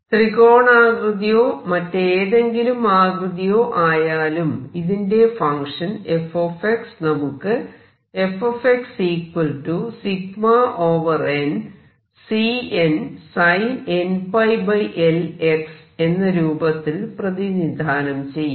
ത്രികോണാകൃതിയോ മറ്റേതെങ്കിലും ആകൃതിയോ ആയാലും ഇതിന്റെ ഫങ്ക്ഷൻ f നമുക്ക് എന്ന രൂപത്തിൽ പ്രതിനിധാനം ചെയ്യാം